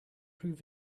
prove